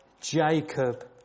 Jacob